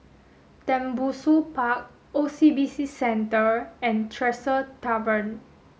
Tembusu Park O C B C Centre and Tresor Tavern